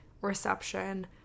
Reception